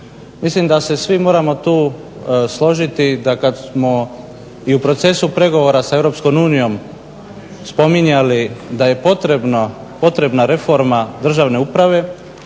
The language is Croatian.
Mislim da se svi moramo tu složiti da kad smo i u procesu pregovora sa Europskom unijom spominjali da je potrebna reforma državne uprave